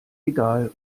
egal